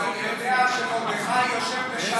אני יודע שמרדכי יושב בשער המלך.